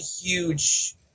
huge